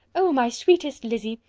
oh! my sweetest lizzy!